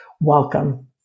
welcome